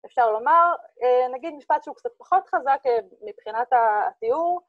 ‫אפשר לומר, נגיד משפט שהוא ‫קצת פחות חזק מבחינת התיאור.